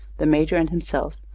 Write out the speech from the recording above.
the major and himself,